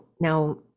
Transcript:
now